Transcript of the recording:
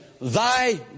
thy